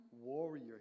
Warrior